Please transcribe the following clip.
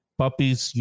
puppies